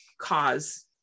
cause